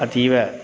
अतीव